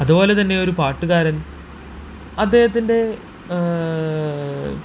അതുപോലെ തന്നെ ഒരു പാട്ടുകാരന് അദ്ദേഹത്തിന്റെ